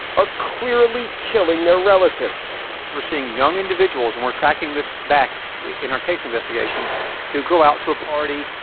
are clearly killing their relatives we're seeing young individuals and we're tracking this back in our case investigation who go out to a party.